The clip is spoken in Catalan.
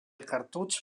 cartutx